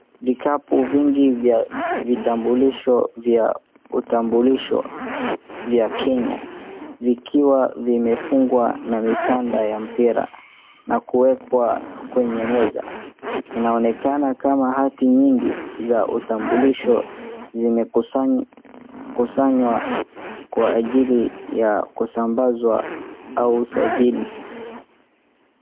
Vikapu vingi vya vitambulisho vya utambulish vya Kenya vikiwa vimefumgwa na mikanda ya mpira na kuwekwa kwenye meza. Inaonekana kama hati nyingi za utambulisho zimekusanywa kwa ajili ya kusambazwa au usajili.